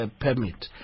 permit